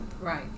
Right